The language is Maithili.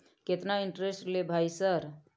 केतना इंटेरेस्ट ले भाई सर?